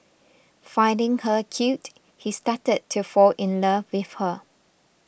finding her cute he started to fall in love with her